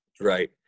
Right